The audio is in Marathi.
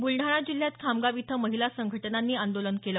बुलडाणा जिल्ह्यात खामगाव इथं महिला संघटनांनी आंदोलन केलं